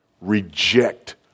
reject